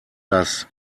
das